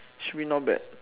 should be not bad